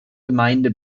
gemeinde